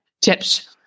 tips